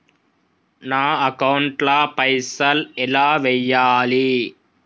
నా అకౌంట్ ల పైసల్ ఎలా వేయాలి?